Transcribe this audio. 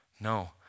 No